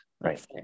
Right